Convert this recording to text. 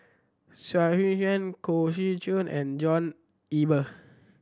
Xu Yuan Koh Seow Chun and John Eber